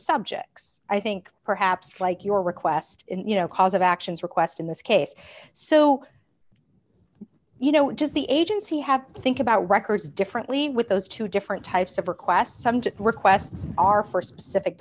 subjects i think perhaps like your request you know cause of actions request in this case so you know just the agency have to think about records differently with those two different types of requests some get requests are for specific